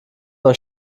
euch